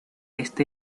este